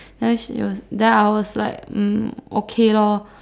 then she was then I was like mm okay lor